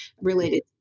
related